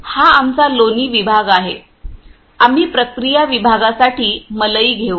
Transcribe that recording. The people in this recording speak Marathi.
हा आमचा लोणी विभाग आहे आम्ही प्रक्रिया विभागासाठी मलई घेऊ